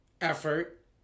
effort